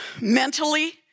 mentally